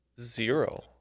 zero